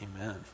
amen